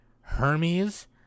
Hermes